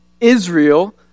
Israel